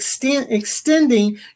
extending